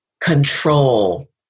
control